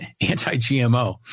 anti-GMO